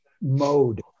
mode